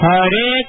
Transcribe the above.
Hare